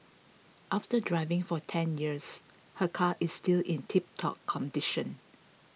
after driving for ten years her car is still in tiptop condition